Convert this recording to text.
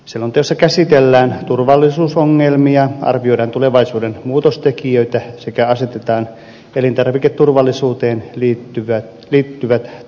selonteossa käsitellään turvallisuusongelmia arvioidaan tulevaisuuden muutostekijöitä sekä asetetaan elintarviketurvallisuuteen liittyvät tavoitteet